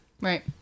Right